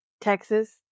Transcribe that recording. Texas